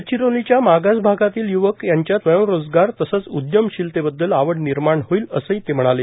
गडचिरोलीच्या मागास भागातील य्वक यांच्यात स्वयंरोजगार तसंच उद्यमशिलतेबद्दल आवड निर्माण होईल असंही ते म्हणाले